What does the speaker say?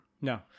No